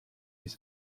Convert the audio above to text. his